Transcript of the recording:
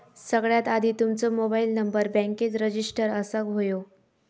सगळ्यात आधी तुमचो मोबाईल नंबर बॅन्केत रजिस्टर असाक व्हयो